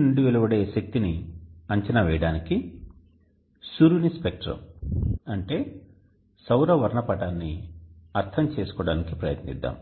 నుండి వెలువడే శక్తిని అంచనా వేయడానికి సూర్యుని స్పెక్ట్రం అంటే సౌర వర్ణపటాన్ని అర్థం చేసుకోవడానికి ప్రయత్నిద్దాం